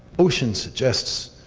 ocean suggests